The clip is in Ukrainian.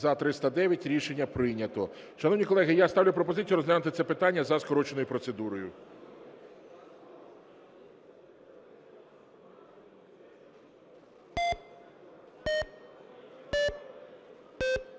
За-309 Рішення прийнято. Шановні колеги, я ставлю пропозицію розглянути це питання за скороченою процедурою.